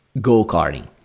go-karting